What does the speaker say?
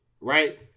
right